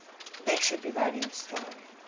they should be writing the story.